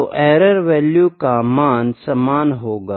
तो error value का मान समान होगा